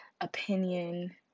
opinion